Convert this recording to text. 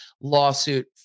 lawsuit